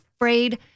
afraid